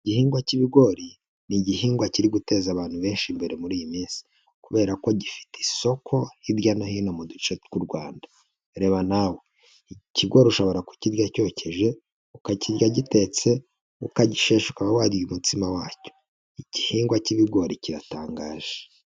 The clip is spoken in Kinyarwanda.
Igihingwa cy'ibigori ni igihingwa kiri guteza abantu benshi imbere muri iyi minsi kubera ko gifite isoko hirya no hino mu duce tw'u Rwanda, reba nawe ikigori ushobora kukirya cyokeje, ukakirya gitetse, ukagishesha ukaba warya umutsima wacyo, igihingwa cy'ibigori kiratangaje.